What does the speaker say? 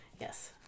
Yes